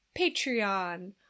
patreon